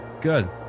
good